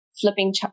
flipping